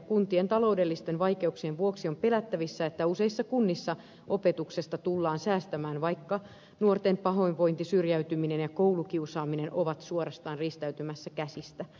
kuntien taloudellisten vaikeuksien vuoksi on pelättävissä että useissa kunnissa opetuksesta tullaan säästämään vaikka nuorten pahoinvointi syrjäytyminen ja koulukiusaaminen ovat suorastaan riistäytymässä käsistä